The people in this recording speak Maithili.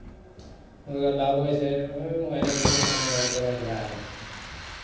जे नहबै छै ओहिना दू लोटा पानि ढारि कऽ बस भए गेलै